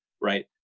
right